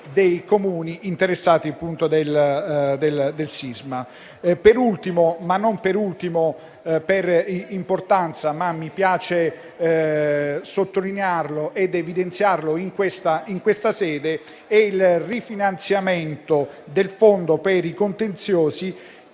dei Comuni interessati dal sisma. Da ultimo, ma non per importanza, mi piace sottolineare ed evidenziare in questa sede il rifinanziamento del fondo per i contenziosi, che